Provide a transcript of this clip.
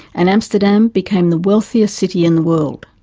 and amsterdam became the wealthiest city in the world.